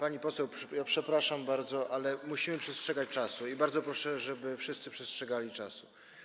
Pani poseł, przepraszam bardzo, ale musimy przestrzegać czasu i bardzo proszę, żeby wszyscy przestrzegali czasu.